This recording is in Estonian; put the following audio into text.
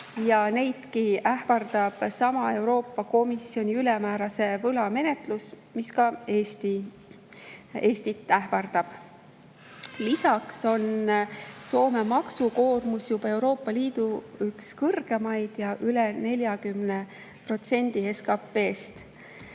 ja neidki ähvardab seesama Euroopa Komisjoni ülemäärase võla menetlus, mis ka Eestit ähvardab. Lisaks on Soome maksukoormus Euroopa Liidu üks kõrgeimaid: üle 40% SKP‑st.